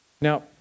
Now